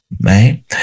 right